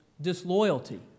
disloyalty